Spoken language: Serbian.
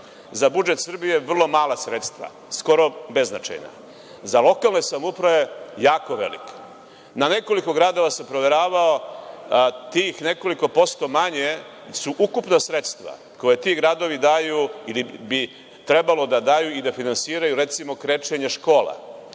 za budžet Srbije vrlo mala sredstva, skoro beznačajna, za lokalne samouprave, jako velika. Proveravao sam na nekoliko gradova tih nekoliko posto manje su ukupna sredstva koja ti gradovi daju ili bi trebalo da daju ili da finansiraju recimo, krečenje škola,